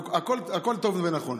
הכול טוב ונכון,